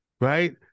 right